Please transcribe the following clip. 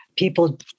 People